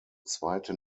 zweite